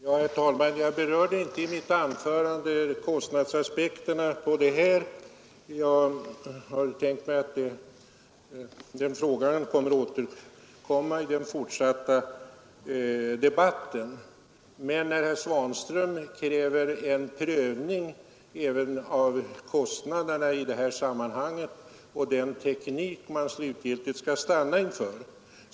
Herr talman! Jag berörde inte i mitt anförande kostnadsaspekterna när det gäller denna sak. Den frågan återkommer i den fortsatta debatten. Herr Svanström kräver en prövning även av kostnaderna i detta sammanhang och av vilken teknik man slutgiltigt skall stanna inför.